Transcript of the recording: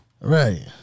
Right